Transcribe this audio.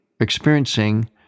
experiencing